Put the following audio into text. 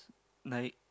like